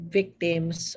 victims